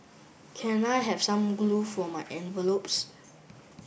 can I have some glue for my envelopes